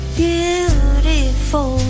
beautiful